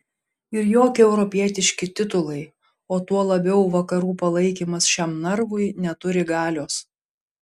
ir jokie europietiški titulai o tuo labiau vakarų palaikymas šiam narvui neturi galios